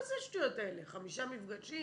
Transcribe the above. מה זה השטויות האלה, חמישה מפגשים,